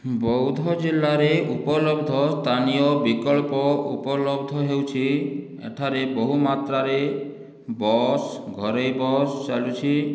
ବଉଦ୍ଧ ଜିଲ୍ଲାରେ ଉପଲବ୍ଧ ସ୍ଥାନୀୟ ବିକଳ୍ପ ଉପଲବ୍ଧ ହେଉଛି ଏଠାରେ ବହୁମାତ୍ରାରେ ବସ୍ ଘରୋଇ ବସ୍ ଚାଲିଛି